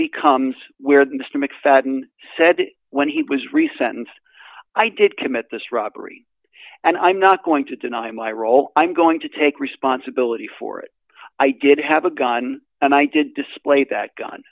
becomes where the mr mcfadden said when he was reset and i did commit this robbery and i'm not going to deny my role i'm going to take responsibility for it i did have a gun and i did display that gun